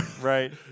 right